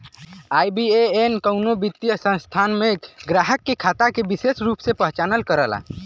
IBAN कउनो वित्तीय संस्थान में ग्राहक के खाता के विसेष रूप से पहचान करला